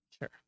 Sure